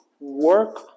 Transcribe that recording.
work